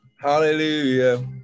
Hallelujah